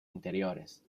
interiores